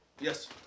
Yes